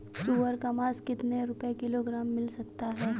सुअर का मांस कितनी रुपय किलोग्राम मिल सकता है?